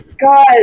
God